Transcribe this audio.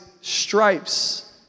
stripes